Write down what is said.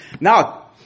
Now